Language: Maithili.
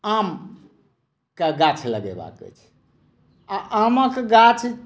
आम के गाछ लगेबाक अछि आ आमक गाछ